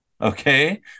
Okay